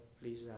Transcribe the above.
please